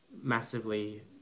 massively